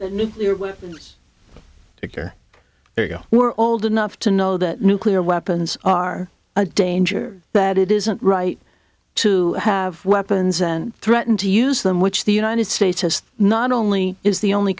that nuclear weapons are there you were old enough to know that nuclear weapons are a danger that it isn't right to have weapons and threaten to use them which the united states has not only is the only